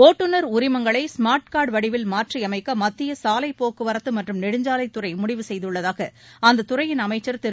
ஒட்டுநர் உரிமங்களை smart card வடிவில் மாற்றி அமைக்க மத்திய சாலைப்போக்குவரத்து மற்றும் நெடுஞ்சாலைத்துறை முடிவு செய்துள்ளதாக அத்துறையின் அமைச்சர் திரு